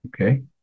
okay